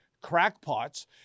crackpots